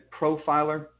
Profiler